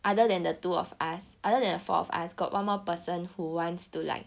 other than the two of us other than the four of us got one more person who wants to like